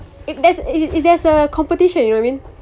if there's if there's a competition you know what I mean